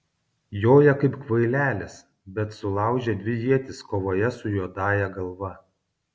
joja kaip kvailelis bet sulaužė dvi ietis kovoje su juodąja galva